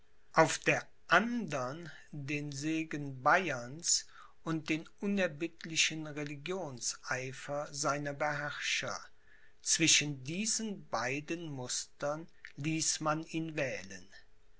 auf der andern den segen bayerns und den unerbittlichen religionseifer seiner beherrscher zwischen diesen beiden mustern ließ man ihn wählen